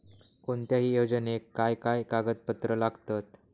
कोणत्याही योजनेक काय काय कागदपत्र लागतत?